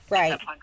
right